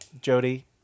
Jody